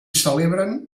celebren